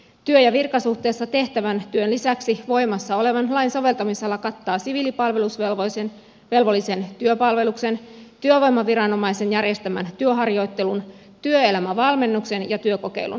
työ ja virkasuhteessa tehtävän työn lisäksi voimassa olevan lain soveltamisala kattaa siviilipalvelusvelvollisen työpalveluksen työvoimaviranomaisen järjestämän työharjoittelun työelämävalmennuksen ja työkokeilun